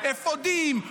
אפודים,